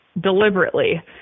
deliberately